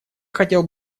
хотел